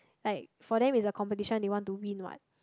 like for them is like a competition they want to win what